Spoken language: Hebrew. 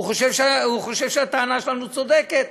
הוא חושב שהטענה שלנו צודקת.